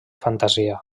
fantasia